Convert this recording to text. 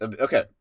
Okay